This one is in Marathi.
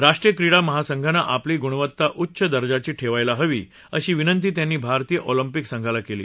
राष्ट्रीय क्रीडा महासंघानं आपली गृणवत्ता उच्च दर्जाची ठेवायला हवी अशी विनंती त्यांनी भारतीय ऑलम्पिक संघाला केली